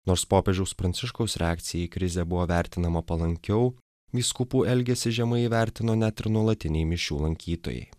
nors popiežiaus pranciškaus reakcija į krizę buvo vertinama palankiau vyskupų elgesį žemai įvertino net ir nuolatiniai mišių lankytojai